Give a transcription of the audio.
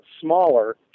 smaller